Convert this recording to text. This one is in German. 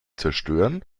zerstören